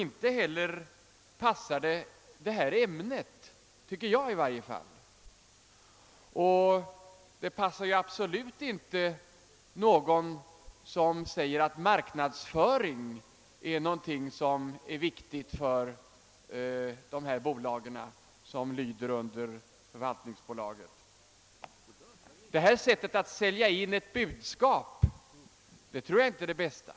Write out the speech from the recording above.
Inte heller passar den detta ämne, tycker jag i varje fall, och den passar absolut inte den som säger att marknadsföring är något viktigt för de företag som lyder under förvaltningsbolaget. Detta sätt att sälja in ett budskap tror jag inte är det bästa.